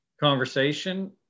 conversation